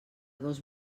dos